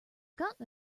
gotten